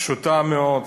פשוטה מאוד.